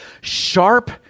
sharp